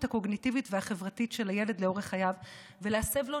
הקוגניטיבית והחברתית של הילד לאורך חייו ולהסב לו